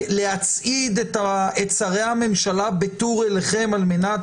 להצעיד את שרי הממשלה בטור אליכם על מנת